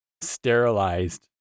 sterilized